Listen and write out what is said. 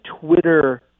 Twitter